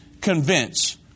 Convince